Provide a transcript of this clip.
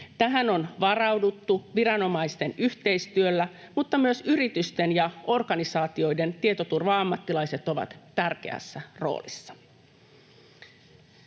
Tähän on varauduttu viranomaisten yhteistyöllä, mutta myös yritysten ja organisaatioiden tietoturva-ammattilaiset ovat tärkeässä roolissa.